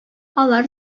алар